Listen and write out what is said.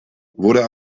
wurde